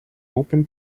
open